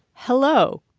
hello?